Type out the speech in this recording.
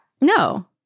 No